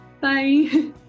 Bye